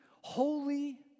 holy